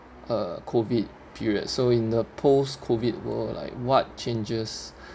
uh COVID period so in the post COVID world like what changes